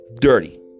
dirty